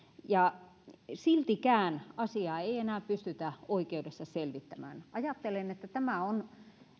ja siltikään asiaa ei enää pystytä oikeudessa selvittämään ajattelen että tämä on